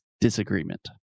disagreement